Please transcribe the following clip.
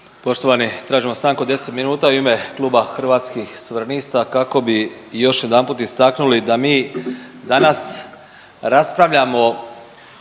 Poštovani. Tražimo stanku od 10 minuta u ime kluba Hrvatskih suverenista kako bi još jedanput istaknuli da mi danas raspravljamo